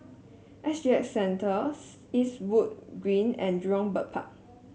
S G X Centres Eastwood Green and Jurong Bird Park